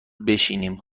بشینیم